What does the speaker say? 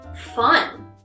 fun